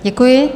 Děkuji.